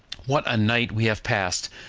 what a night we have passed!